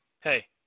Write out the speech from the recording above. Hey